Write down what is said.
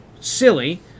silly